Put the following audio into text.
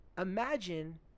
Imagine